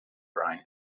brine